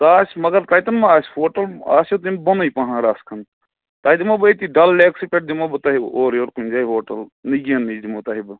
سُہ آسہِ مگر تَتٮ۪ن ما آسہِ ہوٹل آسیو تمۍ بۄنٕے پہن رَژھ کھنٛڈ تۄہہِ دِمو بہٕ أتی ڈل لیکسٕے پٮ۪ٹھ دِمو بہٕ تۄہہِ اورٕ یورٕ کُنہِ جایہِ ہوٹَل نگیٖن نِش دِمو تۄہہِ بہٕ